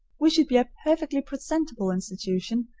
we should be a perfectly presentable institution,